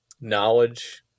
knowledge